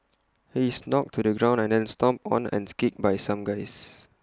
he is knocked to the ground and then stomped on and kicked by some guys